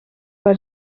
bij